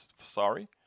sorry